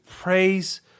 praise